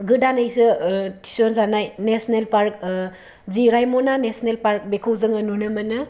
गोदानैसो थिहरजानाय national park जे रायमना नेशनेल पार्क बेखौ जोङो नुनो मोनो